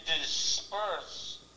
disperse